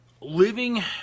living